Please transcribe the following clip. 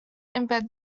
embed